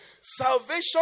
Salvation